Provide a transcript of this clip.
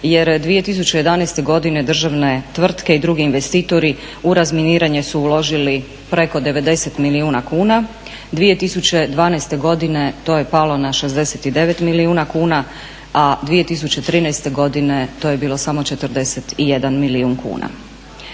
jer 2011. godine državne tvrtke i drugi investitori u razminiranje su uložili preko 90 milijuna kuna. 2012. godine to je palo na 69 milijuna kuna, a 2013. godine to je bilo samo 41 milijun kuna.